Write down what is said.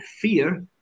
fear